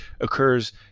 occurs